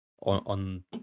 on